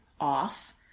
off